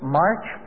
march